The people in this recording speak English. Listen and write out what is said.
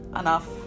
enough